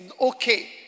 okay